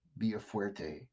Biafuerte